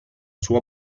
sua